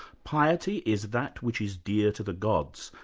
piety is that which is dear to the gods,